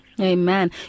Amen